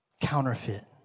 Counterfeit